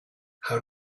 how